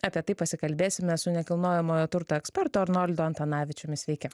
apie tai pasikalbėsime su nekilnojamojo turto ekspertu arnoldu antanavičiumi sveiki